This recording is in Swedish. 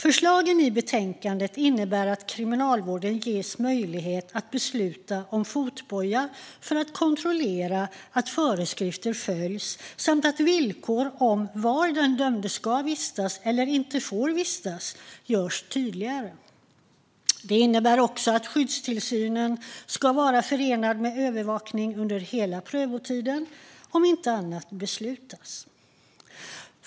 Förslagen i betänkandet innebär att Kriminalvården ges möjlighet att besluta om fotboja för att kontrollera att föreskrifter följs samt att villkoren om var den dömde får och inte får vistas görs tydligare. De innebär också att skyddstillsynen ska vara förenad med övervakning under hela prövotiden om inte annat beslutas.